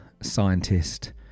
scientist